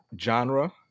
genre